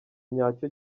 nyacyo